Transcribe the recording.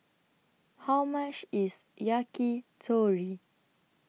How much IS Yakitori